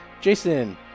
jason